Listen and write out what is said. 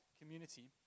community